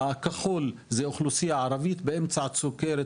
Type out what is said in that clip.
בכחול זו האוכלוסייה הערבית באמצע הסוכרת,